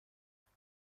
حالا